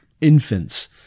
infants